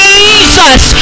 Jesus